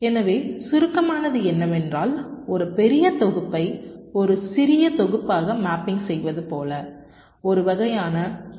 எனவே சுருக்கமானது என்னவென்றால் ஒரு பெரிய தொகுப்பை ஒரு சிறிய தொகுப்பாக மேப்பிங் செய்வது போல ஒரு வகையான மெனி டு ஒன் மேப்பிங் செய்வதாகும்